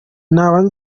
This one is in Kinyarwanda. naba